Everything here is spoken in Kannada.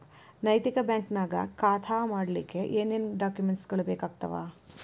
ನೈತಿಕ ಬ್ಯಾಂಕ ನ್ಯಾಗ್ ಖಾತಾ ಮಾಡ್ಲಿಕ್ಕೆ ಏನೇನ್ ಡಾಕುಮೆನ್ಟ್ ಗಳು ಬೇಕಾಗ್ತಾವ?